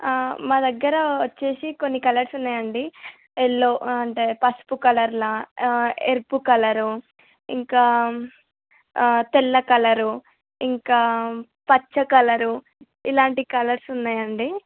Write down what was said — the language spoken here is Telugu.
మా దగ్గర వచ్చి కొన్ని కలర్స్ ఉన్నాయండి ఎల్లో అంటే పసుపు కలర్లాగా ఎరుపు కలరు ఇంకా తెల్ల కలరు ఇంకా పచ్చ కలరు ఇలాంటి కలర్స్ ఉన్నాయండి